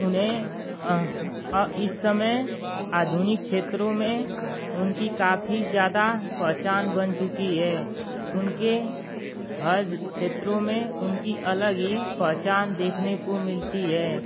उन्हें इस समय आधुनिक क्षेत्रों में उनकी काफ़ी ज़्यादा पहचान बन चुकी है उनकी हर क्षेत्रों में उनकी अलग ही पहचान देखने को मिलती है